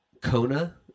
Kona